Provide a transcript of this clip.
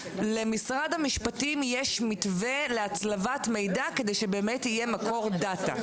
למשרד המשפטים יש מתווה להצלבת מידע כדי שבאמת יהיה מקור דאתה.